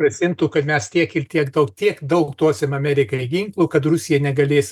grasintų kad mes tiek ir tiek daug tiek daug duosime amerikai ginklų kad rusija negalės